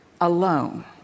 Alone